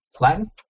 Latin